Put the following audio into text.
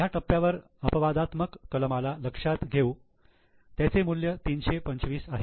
ह्या टप्प्यावर अपवादात्मक कलमाला लक्षात घेऊ त्याचे मूल्य 325 आहे